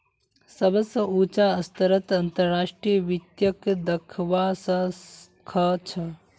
सबस उचा स्तरत अंतर्राष्ट्रीय वित्तक दखवा स ख छ